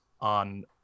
On